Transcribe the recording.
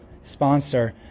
sponsor